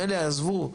מילא עזבו,